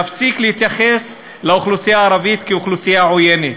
יש להפסיק להתייחס לאוכלוסייה ערבית כלאוכלוסייה עוינת.